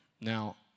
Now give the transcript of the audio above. Now